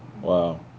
wow